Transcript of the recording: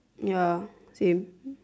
ya same